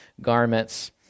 garments